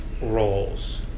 roles